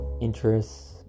interests